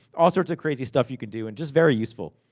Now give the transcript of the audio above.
all sorts of crazy stuff you can do, and just very useful.